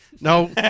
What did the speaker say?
No